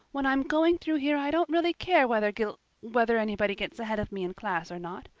when i'm going through here i don't really care whether gil whether anybody gets ahead of me in class or not.